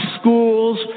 schools